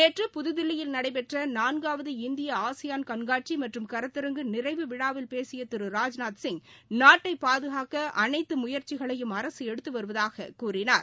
நேற்று புதுதில்லியில் நடைபெற்ற நான்காவது இந்திய ஆசியான் கண்காட்சி மற்றும் கருத்தரங்கு நிறைவு விழாவில் பேசிய திரு ராஜ்நாத் சிங் நாட்டை பாதுகாக்க அனைத்து முயற்சிகளையும் அரசு எடுத்து வருவதாக அவர் கூறினார்